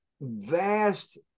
vast